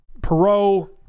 Perot